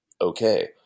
okay